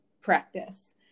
practice